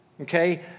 Okay